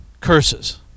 curses